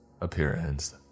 Appearance